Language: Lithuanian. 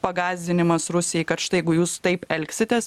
pagąsdinimas rusijai kad štai jeigu jūs taip elgsitės